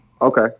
Okay